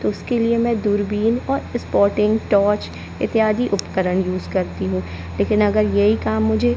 तो उस के लिए मैं दूरबीन और स्पॉटिंग टॉर्च इत्यादि उपकरण यूज़ करती हूँ लेकिन अगर यही काम मुझे